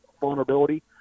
vulnerability